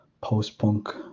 post-punk